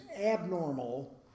abnormal